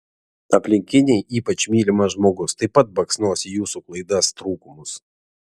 aplinkiniai ypač mylimas žmogus taip pat baksnos į jūsų klaidas trūkumus